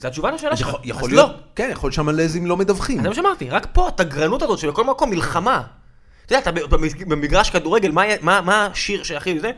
זה התשובה לשאלה שלך, אז לא. כן, יכול להיות שהמלזים לא מדווחים. זה מה שאומרתי, רק פה התגרנות הזאת, שבכל מקום מלחמה. אתה יודע, אתה במגרש כדורגל, מה השיר שהכי ל.. זה?